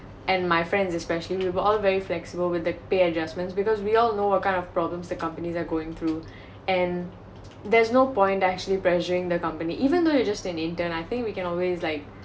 and my friends it's especially they were all very flexible with the pay adjustment because we all know what kind of problems that companies are going through and there's no point actually pressuring the company even though you just an intern ah I think we can always like